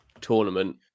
tournament